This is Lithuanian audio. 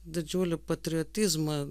didžiulį patriotizmą